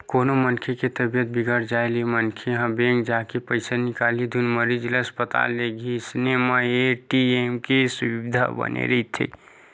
कोनो मनखे के तबीयत बिगड़ जाय ले मनखे ह बेंक जाके पइसा निकालही धुन मरीज ल अस्पताल लेगही अइसन म ए.टी.एम के सुबिधा बने रहिथे